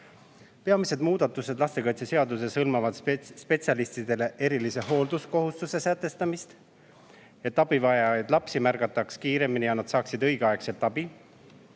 muudatused lastekaitseseaduses hõlmavad spetsialistidele erilise hoolsuskohustuse sätestamist, et abi vajavaid lapsi märgataks kiiremini ja nad saaksid õigeaegset abi.